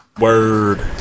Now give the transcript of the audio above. Word